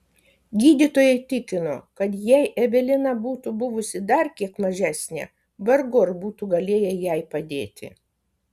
gydytojai tikino kad jei evelina būtų buvusi dar kiek mažesnė vargu ar būtų galėję jai padėti